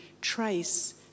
trace